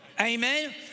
amen